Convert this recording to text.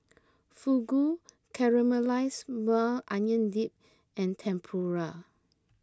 Fugu Caramelized Maui Onion Dip and Tempura